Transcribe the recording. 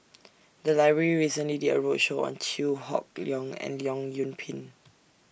The Library recently did A roadshow on Chew Hock Leong and Leong Yoon Pin